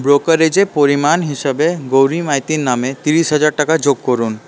ব্রোকারেজে পরিমাণ হিসাবে গৌরী মাইতির নামে তিরিশ হাজার টাকা যোগ করুন